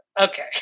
Okay